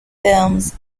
films